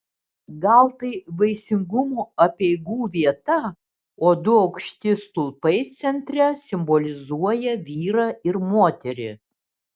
gal tai vaisingumo apeigų vieta o du aukšti stulpai centre simbolizuoja vyrą ir moterį